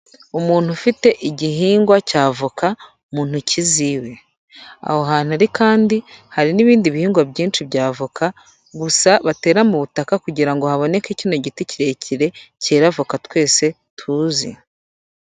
Umuntu ufite igihingwa cy'avoka mu ntoki ze, aho hantu ari kandi hari n'ibindi bihingwa byinshi bya avoka gusa batera mu butaka kugira ngo haboneke cy'ino giti kirekire cyera voka twese tuzi.